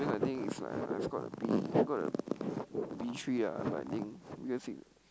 I think is like I got a B I got a B three ah but I think because he